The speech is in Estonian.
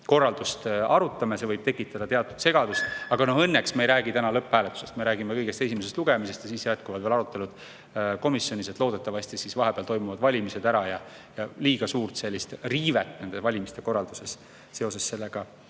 korraldust arutame. See võib tekitada teatud segadust, aga õnneks me ei räägi täna lõpphääletusest, me räägime kõigest esimesest lugemisest, ja siis jätkuvad veel arutelud komisjonis. Loodetavasti toimuvad valimised vahepeal ära ja liiga suurt riivet nende valimiste korralduses sellega